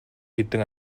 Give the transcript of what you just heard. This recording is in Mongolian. хэдэн